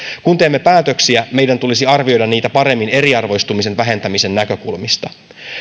kun teemme päätöksiä meidän tulisi arvioida niitä paremmin eriarvoistumisen vähentämisen näkökulmista